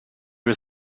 was